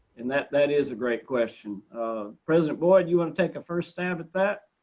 and that that is a great question president boyd you want to take a first stab at that?